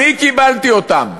אני קיבלתי אותם.